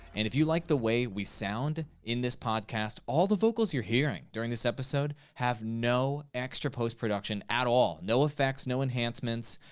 and if you like the way we sound in this podcast, all the vocals you're hearing during this this episode have no extra post-production at all, no effects, no enhancements.